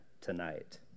tonight